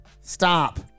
Stop